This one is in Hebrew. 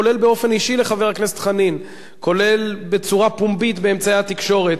כולל באופן אישי לחבר הכנסת חנין וכולל בצורה פומבית באמצעי התקשורת,